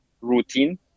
routine